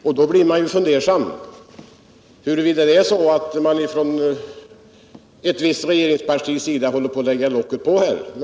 Med tanke på de remissvar jag nämnt kan man därför undra om ett visst regeringsparti håller på att lägga locket på.